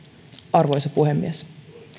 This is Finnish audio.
arvoisa puhemies